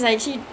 ya